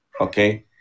Okay